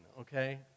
okay